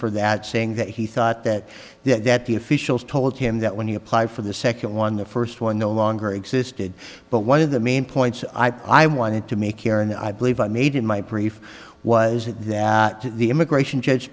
for that saying that he thought that the that the officials told him that when he applied for the second one the first one no longer existed but one of the main points i wanted to make here and i believe i made in my preferred was that the immigration judge